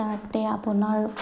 তাতে আপোনাৰ